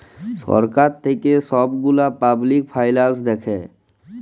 ছরকার থ্যাইকে ছব গুলা পাবলিক ফিল্যাল্স দ্যাখে